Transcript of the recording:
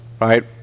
Right